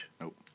Nope